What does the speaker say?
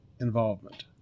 involvement